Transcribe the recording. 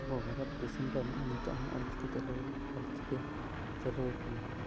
ᱟᱵᱚ ᱵᱷᱟᱨᱚᱛ ᱫᱤᱥᱚᱢ ᱨᱮ ᱱᱚᱜᱼᱚᱭ ᱱᱤᱛᱚᱜ ᱦᱚᱸ ᱚᱞᱪᱤᱠᱤ ᱛᱮ ᱚᱞᱚᱜ ᱚᱞᱪᱤᱠᱤ ᱪᱟᱹᱞᱩ ᱪᱟᱹᱞᱩᱣᱟᱠᱟᱱᱟ